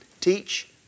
teach